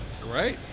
Great